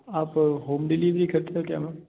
आप home delivery करते हो क्या मैम